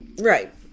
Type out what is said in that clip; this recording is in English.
Right